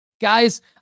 Guys